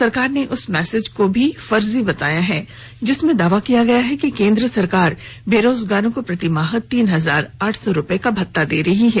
सरकार ने उस मैसेज को भी फर्जी बताया है जिसमें दावा किया गया है कि केंद्र सरकार बेरोजगारों को प्रति माह तीन हजार आठ सौ रुपये का भत्ता दे रही है